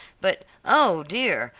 but, oh, dear,